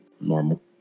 normal